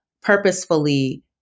purposefully